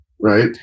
right